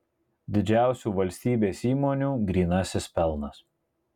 didžiausių valstybės įmonių grynasis pelnas